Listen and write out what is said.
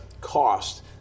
cost